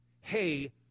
Hey